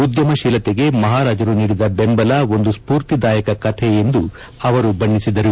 ಉದ್ಯಮಶೀಲತೆಗೆ ಮಹಾರಾಜರು ನೀಡಿದ ಬೆಂಬಲ ಒಂದು ಸ್ಫೂರ್ತಿದಾಯಕ ಕಥೆ ಎಂದು ಅವರು ಬಣ್ಣಿಸಿದರು